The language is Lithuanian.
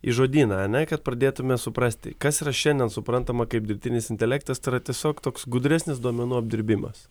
į žodyną ane kad pradėtume suprasti kas yra šiandien suprantama kaip dirbtinis intelektas tai yra tiesiog toks gudresnis duomenų apdirbimas